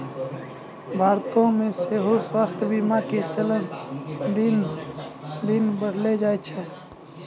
भारतो मे सेहो स्वास्थ्य बीमा के चलन दिने दिन बढ़ले जाय रहलो छै